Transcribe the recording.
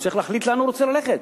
הוא צריך להחליט לאן הוא רוצה ללכת.